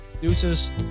Deuces